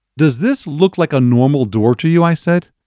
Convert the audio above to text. does this look like a normal door to you? i said.